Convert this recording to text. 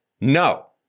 No